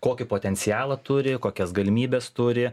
kokį potencialą turi kokias galimybes turi